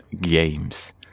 games